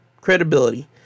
credibility